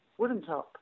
Woodentop